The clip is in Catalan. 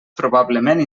probablement